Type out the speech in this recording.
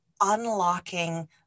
unlocking